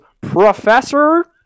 Professor